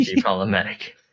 problematic